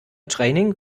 training